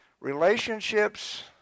relationships